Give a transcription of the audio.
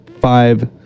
five